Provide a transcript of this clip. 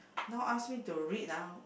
now ask me to read ah